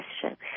question